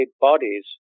bodies